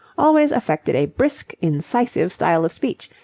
always affected a brisk, incisive style of speech,